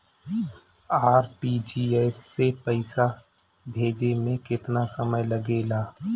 RTGS से पैसा भेजे में केतना समय लगे ला?